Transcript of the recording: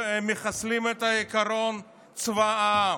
מחסלים את העיקרון של צבא העם.